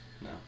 No